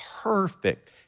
perfect